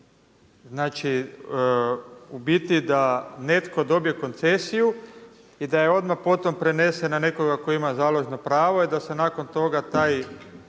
Znači u biti da netko dobije koncesiju i da je odmah potom prenese na nekoga tko ima založno pravo i da se nakon toga ta